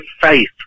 faith